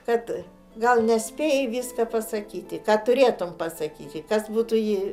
kad gal nespėjai viską pasakyti ką turėtumei pasakyti kas būtų jį